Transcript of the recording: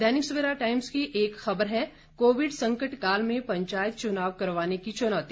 दैनिक Savera times की एक खबर है कोविड संकट काल में पंचायत चनाव करवाने की चुनौती